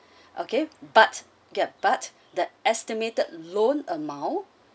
okay but get but the estimated loan amount